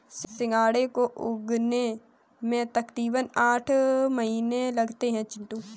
सिंघाड़े को उगने में तकरीबन आठ महीने लगते हैं चिंटू